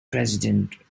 president